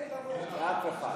לאף אחד.